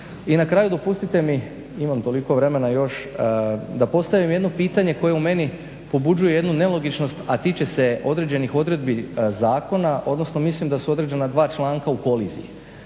I na kraju dopustite mi, imamo toliko vremena još, da postavim jedno pitanje koje u meni pobuđuje jednu nelogičnost, a tiče se određenih odredbi zakona, odnosno mislim da su određena dva članka u koliziji.